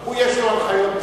הוא יש לו הנחיות משלו.